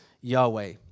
Yahweh